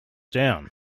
down